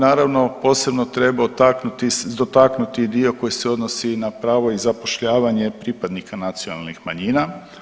Naravno, posebno treba .../nerazumljivo/... dotaknuti dio koji se odnosi na pravo i zapošljavanje pripadnika nacionalnih manjina.